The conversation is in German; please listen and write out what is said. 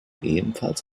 ebenfalls